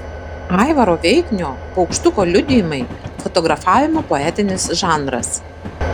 aivaro veiknio paukštuko liudijimai fotografavimo poetinis žanras